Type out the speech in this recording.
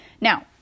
Now